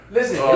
Listen